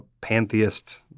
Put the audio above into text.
pantheist